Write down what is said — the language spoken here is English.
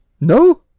No